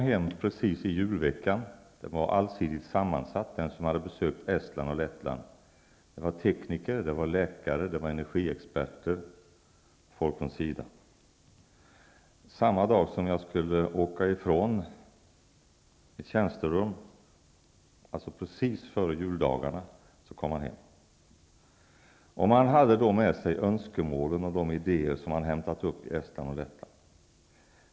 Herr talman! Den allsidigt sammansatta delegation som hade besökt Estland och Lettland kom hem precis i julveckan. Det var tekniker, läkare, energiexperter och folk från SIDA. Samma dag som jag skulle lämna mitt tjänsterum, precis före juldagarna, kom delegationen hem. Man hade då med sig de önskemål och idéer som man hade hämtat upp i Estland och Lettland.